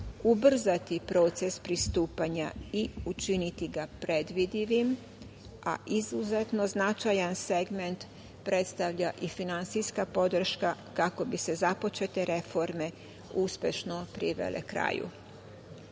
ubrzati proces pristupanja i učiniti ga predvidivim, a izuzetno značajan segment predstavlja i finansijska podrška kako bi se započete reforme uspešno privele